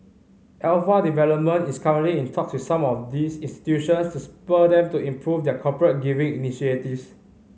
Alpha Development is currently in talks with some of these institutions to spur them to improve their corporate giving initiatives